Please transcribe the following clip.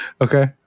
okay